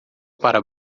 para